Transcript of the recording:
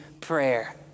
prayer